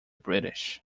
british